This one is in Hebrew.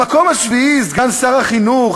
במקום השביעי סגן שר החינוך,